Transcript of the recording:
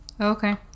Okay